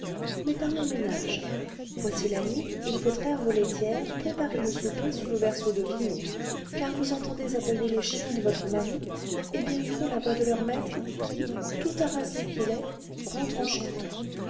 mais parlons ménage voici la nuit il faut traire vos laitières préparer le souper sous le berceau de vigne car vous entendez aboyer les chiens de votre mari et bientôt la voix de leur maître qui tout harassé qu'il est rentre en chantant